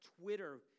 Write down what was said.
twitter